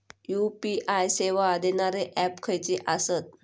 UPI सेवा देणारे app खयचे आसत?